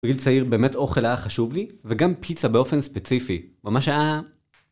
בגיל צעיר באמת אוכל היה חשוב לי, וגם פיצה באופן ספציפי. ממש היה...